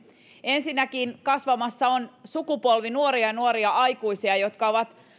ensinnäkin kasvamassa on sukupolvi nuoria ja nuoria aikuisia jotka ovat